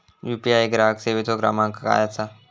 UPI ग्राहक सेवेचो क्रमांक काय असा?